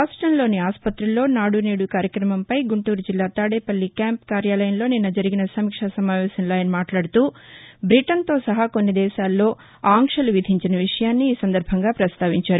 రాష్టంలోని ఆస్పతుల్లో నాడు నేడు కార్యక్రమంపై గుంటూరు జిల్లా తాదేపల్లి క్యాంపు కార్యాలయంలో నిన్న జరిగిన సమీక్ష సమావేశంలో ఆయన మాట్లాదుతూ బ్రిటన్తో సహా కొన్ని దేశాల్లో ఆంక్షలు విధించిన విషయాన్ని ఈ సందర్భంగా ప్రస్తావించారు